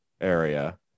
area